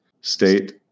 state